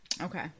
okay